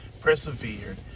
persevered